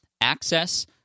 access